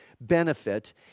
benefit